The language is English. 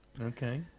Okay